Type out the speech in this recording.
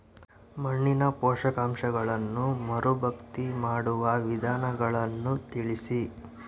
ಮಣ್ಣಿನ ಪೋಷಕಾಂಶಗಳನ್ನು ಮರುಭರ್ತಿ ಮಾಡುವ ವಿಧಾನಗಳನ್ನು ತಿಳಿಸಿ?